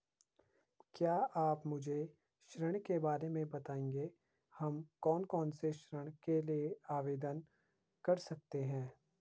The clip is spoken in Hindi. क्या आप मुझे ऋण के बारे में बताएँगे हम कौन कौनसे ऋण के लिए आवेदन कर सकते हैं?